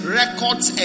records